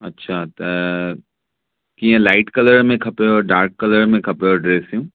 अच्छा त कीअं लाइट कलर में खपेव डार्क कलर में खपेव ड्रैसयूं